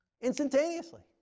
Instantaneously